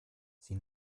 sie